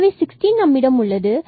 எனவே நம்மிடம் 16 உள்ளது